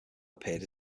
appeared